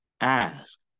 ask